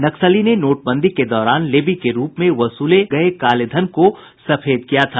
नक्सली ने नोटबंदी के दौरान लेवी के रूप में वसूले गये कालेधन को सफेद किया था